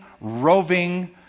roving